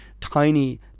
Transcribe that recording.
tiny